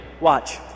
Watch